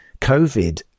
covid